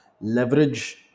leverage